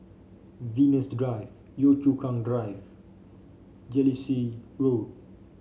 Venus Drive Yio Chu Kang Drive Jellicoe Road